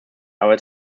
arbeit